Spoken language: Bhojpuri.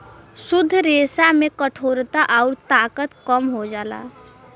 शुद्ध रेसा में कठोरता आउर ताकत कम हो जाला